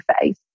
face